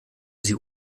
sie